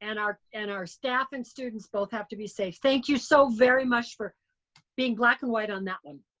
and our and our staff and students both have to be safe, thank you so very much for being black and white on that one.